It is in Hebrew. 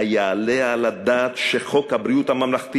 היעלה על הדעת שחוק ביטוח בריאות ממלכתי